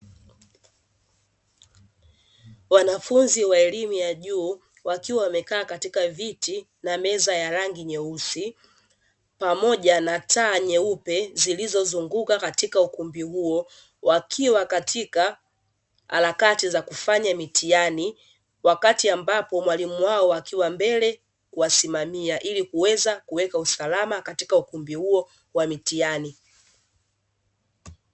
Wanafunzi wa elimu ya juu wakiwa wamekaa katika viti na meza ya rangi nyeusi, pamoja na taa ya nyeupe zilizozunguka katika ukumbi huo, wakiwa katika harakati za kufanya mitihani, wakati ambapo mwalimu wao akiwa mbele kuwasimamia ili kuweza kuweka usalama katika ukumbi huo wa mitihani.